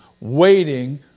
waiting